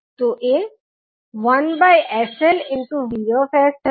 તો એ 1sLVs થશે